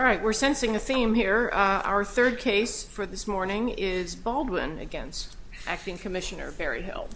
all right we're sensing a theme here our third case for this morning is baldwin against acting commissioner barry he